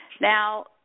Now